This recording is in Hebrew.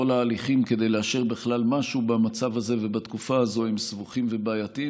כל ההליכים כדי לאשר משהו במצב הזה ובתקופה הזו הם סבוכים ובעייתיים.